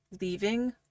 leaving